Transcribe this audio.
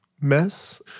Mess